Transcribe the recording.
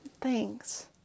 Thanks